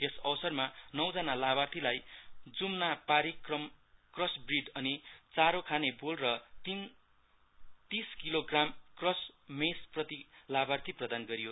यस अवसरमा नौ जना साभार्थिलाई जमुनापारि क्रस ब्रिड अनि चारो खाने बोल र तीस किलोग्राम क्रस्ड मेस प्रति तीनजना लाभार्थी प्रदान गरियो